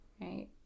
right